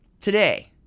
Today